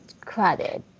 credit